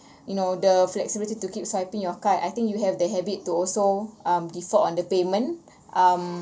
you know the flexibility to keep swiping your card I think you have the habit to also um default on the payment um